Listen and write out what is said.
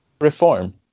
Reform